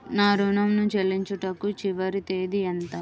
నా ఋణం ను చెల్లించుటకు చివరి తేదీ ఎంత?